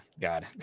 God